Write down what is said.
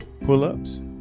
pull-ups